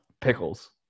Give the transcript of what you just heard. pickles